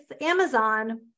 Amazon